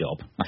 job